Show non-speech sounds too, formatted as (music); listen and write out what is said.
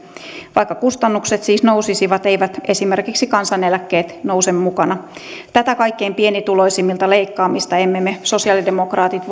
vaikka kustannukset siis nousisivat eivät esimerkiksi kansaneläkkeet nouse mukana tätä kaikkein pienituloisimmilta leikkaamista me sosiaalidemokraatit (unintelligible)